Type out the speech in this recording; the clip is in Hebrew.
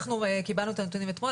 אנחנו קיבלנו את הנתונים אתמול,